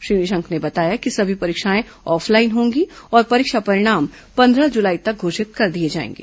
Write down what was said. श्री निशंक ने बताया कि सभी परीक्षाएं ऑफलाइन होंगी और परीक्षा परिणाम पंद्रह जुलाई तक घोषित कर दिए जाएंगे